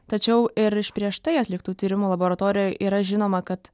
tačiau ir iš prieš tai atliktų tyrimų laboratorijoj yra žinoma kad